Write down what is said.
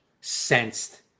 sensed